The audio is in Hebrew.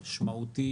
משמעותית,